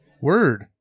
Word